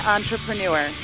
Entrepreneur